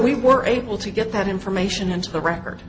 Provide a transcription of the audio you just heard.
we were able to get that information into the record